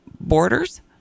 borders